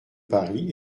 paris